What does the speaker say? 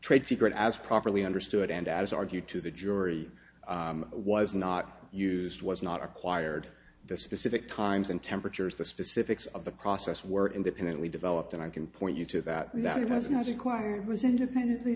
trade secret as properly understood and as argued to the jury was not used was not acquired the specific times and temperatures the specifics of the process were independently developed and i can point you to that that has not required was independent